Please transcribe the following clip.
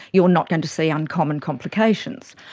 you're not going to see uncommon complications.